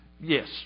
Yes